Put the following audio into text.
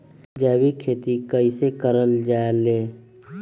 जैविक खेती कई से करल जाले?